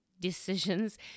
decisions